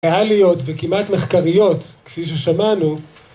ראליות, וכמעט מחקריות, ‫כפי ששמענו,